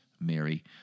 Mary